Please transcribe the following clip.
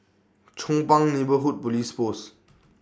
Chong Pang Neighbourhood Police Post